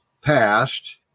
passed